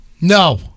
No